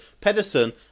Pedersen